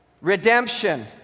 Redemption